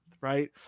right